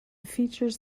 featured